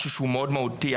משהו שהוא מאוד מהותי,